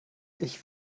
ich